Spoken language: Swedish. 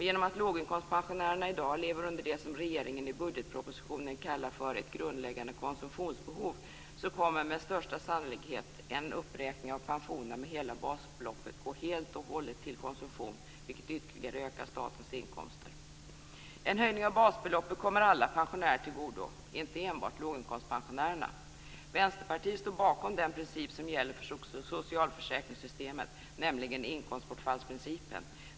Genom att låginkomstpensionärerna i dag lever under det som regeringen i budgetpropositionen kallar "ett grundläggande konsumtionsbehov" kommer med största sannolikhet en uppräkning av pensionerna med hela basbeloppet att gå helt och hållet till konsumtion, vilket ytterligare ökar statens inkomster. En höjning av basbeloppet kommer alla pensionärer till godo, inte enbart låginkomstpensionärerna. Vänsterpartiet står bakom den princip som gäller för socialförsäkringssystemet, nämligen inkomstbortfallsprincipen.